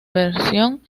versión